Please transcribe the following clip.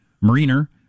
mariner